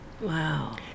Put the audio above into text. Wow